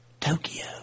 Tokyo